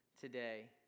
today